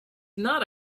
not